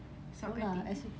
sama lah S_U_T